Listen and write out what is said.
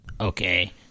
Okay